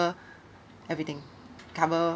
everything cover